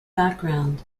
background